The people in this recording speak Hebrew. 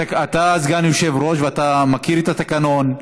אתה סגן יושב-ראש ואתה מכיר את התקנון.